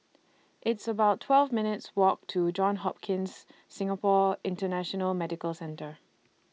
It's about twelve minutes' Walk to Johns Hopkins Singapore International Medical Centre